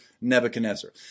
Nebuchadnezzar